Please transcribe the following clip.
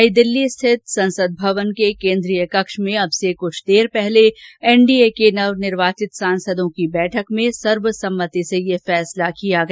नई दिल्ली स्थित संसद भवन के केन्द्रीय कक्ष में अब से कुछ देर पूर्व एनडीए के नवनिर्वाचित सांसदों की बैठक में सर्वसम्मति से यह फैसला किया गया